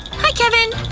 hi kevin!